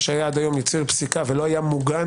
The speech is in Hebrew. מה שהיה עד היום יציר פסיקה ולא היה מוגן